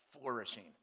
flourishing